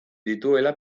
dituela